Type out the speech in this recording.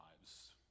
lives